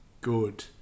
good